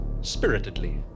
spiritedly